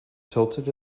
tilted